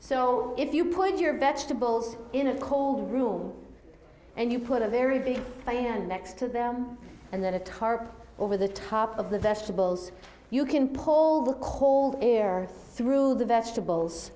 so if you put your vegetables in a cold room and you put a very big fan next to them and then a tarp over the top of the vegetables you can pull the cold air through the vegetables